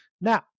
Now